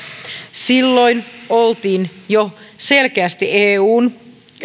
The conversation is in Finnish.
silloin oltiin jo selkeästi eun